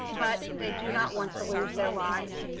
but they do not want to lose their lives.